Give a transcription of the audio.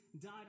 died